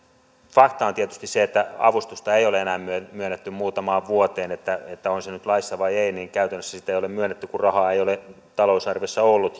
fakta on tietysti se että avustusta ei ole myönnetty enää muutamaan vuoteen eli on se nyt laissa tai ei niin käytännössä sitä ei ole myönnetty kun rahaa ei ole talousarviossa ollut